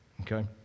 Okay